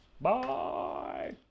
Bye